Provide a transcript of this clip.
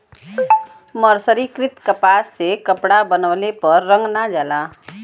मर्सरीकृत कपास से कपड़ा बनवले पर रंग ना जाला